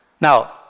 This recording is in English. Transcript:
Now